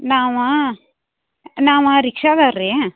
ನಾವು ನಾವು ರಿಕ್ಷಾದೋರು ರೀ